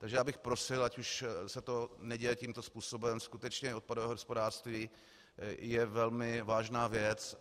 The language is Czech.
Takže bych prosil, ať už se to neděje tímto způsobem, skutečně, odpadové hospodářství je velmi vážná věc.